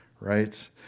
Right